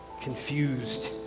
confused